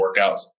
workouts